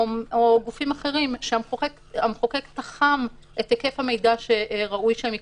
או למשל גופים אחרים שהמחוקק תחם את היקף המידע שהם יקבלו.